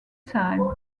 time